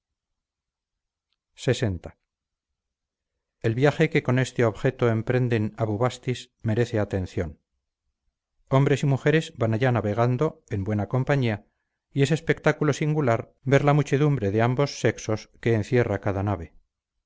lx el viaje que con este objeto emprenden a bubastis merece atención hombres y mujeres van allá navegando en buena compañía y es espectáculo singular ver la muchedumbre de ambos sexos que encierra cada nave